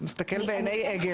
מסתכל בעיני עגל,